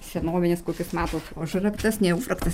senovinis kokis matot užraktas ne užraktas